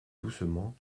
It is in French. doucement